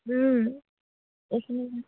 এইখিনি